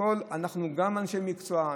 גם אנשי מקצוע,